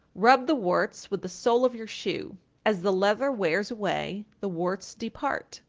rub the warts with the sole of your shoe as the leather wears away, the warts depart.